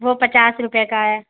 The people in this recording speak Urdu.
وہ پچاس روپیے کا ہے